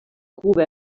cuba